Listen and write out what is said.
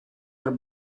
are